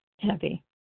heavy